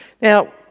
Now